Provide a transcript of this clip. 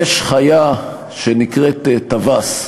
יש חיה שנקראת טווס.